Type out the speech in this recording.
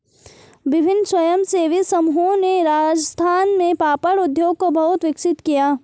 विभिन्न स्वयंसेवी समूहों ने राजस्थान में पापड़ उद्योग को बहुत विकसित किया